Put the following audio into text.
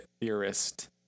theorist